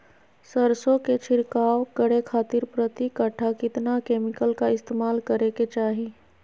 सरसों के छिड़काव करे खातिर प्रति कट्ठा कितना केमिकल का इस्तेमाल करे के चाही?